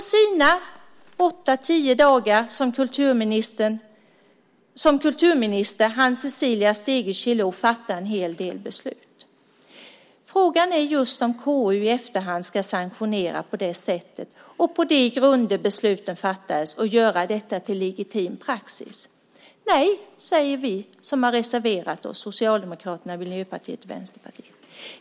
På sina åtta-tio dagar som kulturminister hann Cecilia Stegö Chilò fatta en hel del beslut. Frågan är om KU i efterhand ska sanktionera det sätt och de grunder besluten fattades på och göra detta till legitim praxis. Nej, säger vi som har reserverat oss från Socialdemokraterna, Miljöpartiet och Vänsterpartiet.